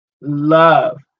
love